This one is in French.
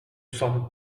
sommes